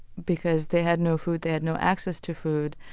because they had no food, they had no access to food.